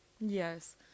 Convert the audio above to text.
yes